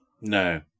no